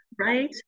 right